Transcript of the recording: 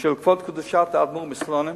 של כבוד קדושת האדמו"ר מסלונים,